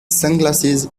sunglasses